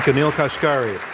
ah neel kashkari.